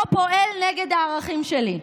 לא פועל נגד הערכים שלי.